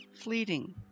fleeting